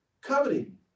Coveting